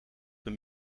een